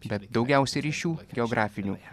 bet daugiausiai ryšių biografinių